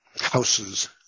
houses